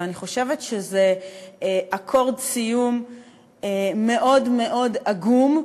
ואני חושבת שזה אקורד סיום מאוד מאוד עגום,